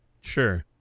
Sure